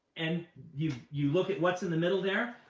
and you you look at what's in the middle there,